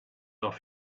off